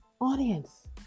audience